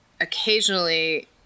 occasionally